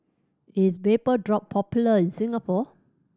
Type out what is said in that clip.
is Vapodrop popular in Singapore